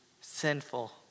sinful